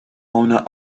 owner